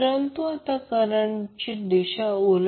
तर तसे केल्यास 11ω 1 1 2C मिळेल